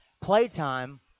playtime